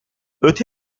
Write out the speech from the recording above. öte